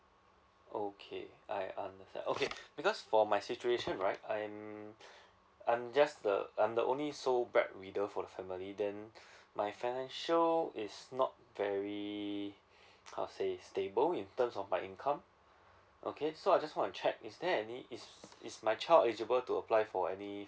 okay I understand okay because for my situation right I'm I'm just the I'm the only sole bread winner for the family then my financial is not very I'll say stable in terms of my income okay so I just want to check is there any if is my child eligible to apply for any